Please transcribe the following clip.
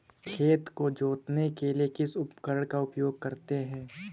खेत को जोतने के लिए किस उपकरण का उपयोग करते हैं?